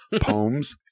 Poems